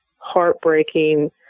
heartbreaking